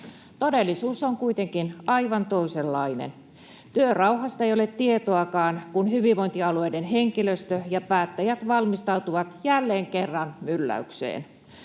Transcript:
Todellisuus on kuitenkin aivan toisenlainen. Työrauhasta ei ole tietoakaan, kun hyvinvointialueiden henkilöstö ja päättäjät valmistautuvat jälleen kerran mylläykseen.